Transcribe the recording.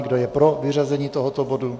Kdo je pro vyřazení tohoto bodu?